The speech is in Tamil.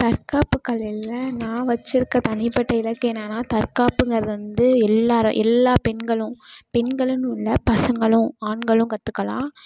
தற்காப்புக் கலையில் நான் வச்சுருக்க தனிப்பட்ட இலக்கு என்னென்னா தற்காப்புங்கிறது வந்து எல்லாேரும் எல்லா பெண்களும் பெண்களுன்னு இல்லை பசங்களும் ஆண்களும் கற்றுக்கலாம்